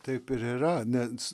taip ir yra nets